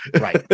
Right